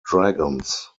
dragons